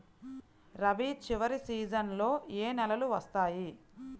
రబీ చివరి సీజన్లో ఏ నెలలు వస్తాయి?